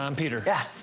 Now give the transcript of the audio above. um peter. yeah.